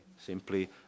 Simply